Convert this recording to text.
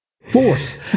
Force